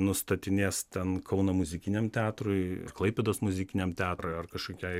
nustatinės ten kauno muzikiniam teatrui klaipėdos muzikiniam teatrui ar kažkokiai